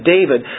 David